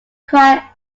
cry